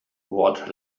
what